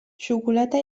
xocolata